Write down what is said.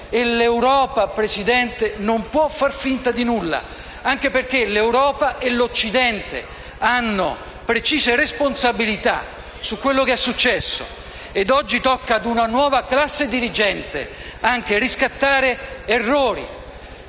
L'Europa non può far finta di nulla, anche perché l'Europa e l'Occidente hanno precise responsabilità su quello che è successo. Oggi tocca ad una nuova classe dirigente riscattare errori,